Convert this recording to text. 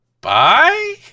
Bye